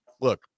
look